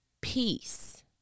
peace